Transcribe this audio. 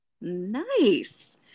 Nice